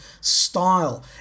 style